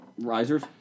Risers